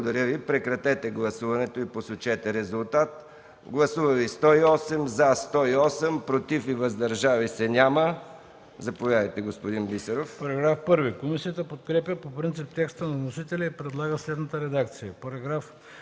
БИСЕРОВ: Комисията подкрепя по принцип текста на вносителя и предлага следната редакция